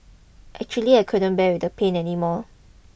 actually I couldn't bear with the pain anymore